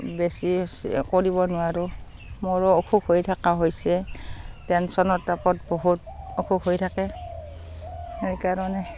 বেছি কৰিব নোৱাৰোঁ মোৰো অসুখ হৈ থকা হৈছে টেনচনৰ তাপত বহুত অসুখ হৈ থাকে সেইকাৰণে